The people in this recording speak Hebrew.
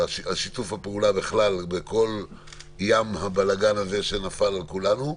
שיתוף הפעולה בכלל בכל ים הבלגן הזה שנפל על כולנו.